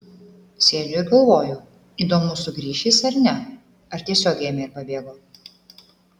sėdžiu ir galvoju įdomu sugrįš jis ar ne ar tiesiog ėmė ir pabėgo